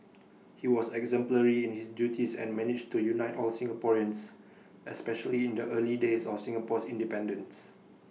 he was exemplary in his duties and managed to unite all Singaporeans especially in the early days of Singapore's independence